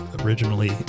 originally